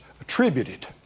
attributed